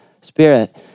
spirit